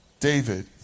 David